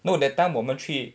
no that time 我们去